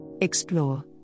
Explore